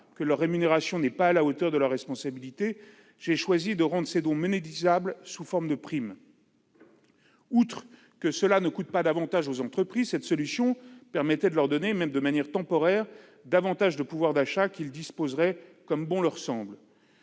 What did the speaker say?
que leur rémunération n'est pas à la hauteur de leurs responsabilités, j'ai choisi de rendre ces dons monétisables sous forme de primes. Outre que cela ne coûte pas davantage aux entreprises, cette solution permettait de leur donner, même de manière temporaire, davantage de pouvoir d'achat, dont ils disposeraient comme bon leur semble.